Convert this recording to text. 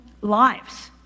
lives